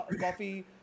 coffee